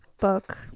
book